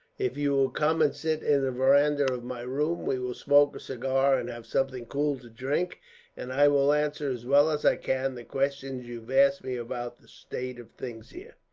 if you will come and sit in the veranda of my room, we will smoke a cigar and have something cool to drink and i will answer, as well as i can, the questions you've asked me about the state of things here.